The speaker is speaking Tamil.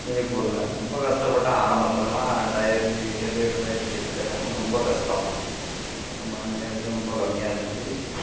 சிங்கப்பூரில் ரொம்ப கஷ்டப்பட்டேன் ஆரம்பத்துலலாம் ரெண்டாயிரத்தி ஏழு ரெண்டாயிரத்தி எட்டுலலாம் ரொம்ப கஷ்டம் அப்போ நம்ம ரொம்ப கம்மியாக இருந்துச்சு